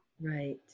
Right